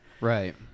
Right